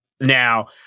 Now